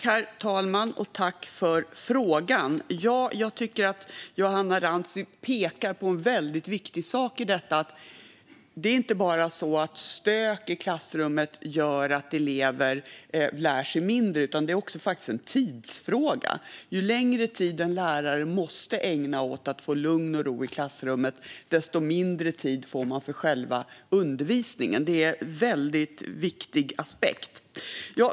Herr talman! Jag tackar för frågan. Ja, jag tycker att Johanna Rantsi pekar på en väldigt viktig sak. Stök i klassrummet gör inte bara att elever lär sig mindre. Det är faktiskt också en tidsfråga. Ju längre tid som en lärare måste ägna åt att få lugn och ro i klassrummet, desto mindre tid får man för själva undervisningen. Det är en väldigt viktig aspekt.